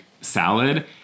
salad